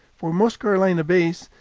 for most carolina bays,